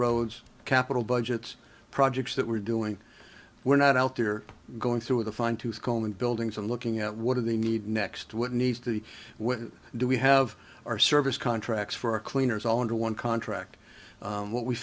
roads capital budgets projects that we're doing we're not out there going through with a fine tooth comb and buildings and looking at what do they need next what needs to do we have our service contracts for our cleaners all under one contract what we